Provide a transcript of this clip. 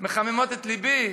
מחממות את לבי.